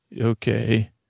Okay